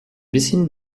bisschen